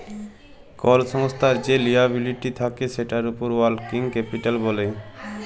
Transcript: call সংস্থার যে liability থাক্যে সেটার উপর ওয়ার্কিং ক্যাপিটাল ব্যলে